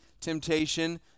temptation